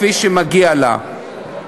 כפי שמגיע לה.